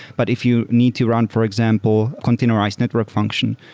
but if you need to run, for example, containerized network function,